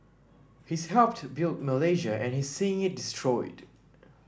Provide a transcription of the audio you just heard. he's helped built Malaysia and he's seeing it destroyed